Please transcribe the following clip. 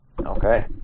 Okay